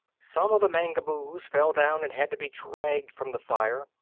some of the mangaboos fell down and had to be dragged from the fire,